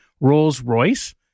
Rolls-Royce